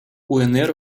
унр